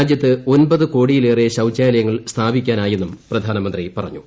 രാജ്യത്ത് ഒൻപത് കോടിയിലേറെ ശൌചാലയങ്ങൾ സ്ഥാപിക്കാനായെന്നും പ്രധാനമന്ത്രി പറഞ്ഞു